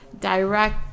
direct